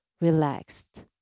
relaxed